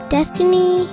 Destiny